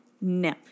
no